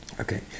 Okay